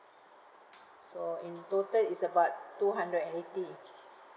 so in total is about two hundred and eighty